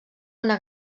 una